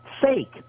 fake